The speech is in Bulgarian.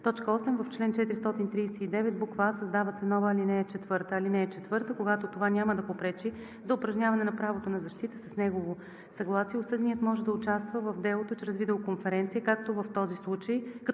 – 6. 8. В чл. 439: а) създава се нова ал. 4: „(4) Когато това няма да попречи за упражняване на правото на защита, с негово съгласие осъденият може да участва в делото чрез видеоконференция, като в този случай